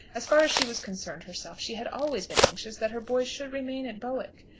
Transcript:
as far as she was concerned herself she had always been anxious that her boys should remain at bowick.